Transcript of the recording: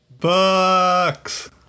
BOOKS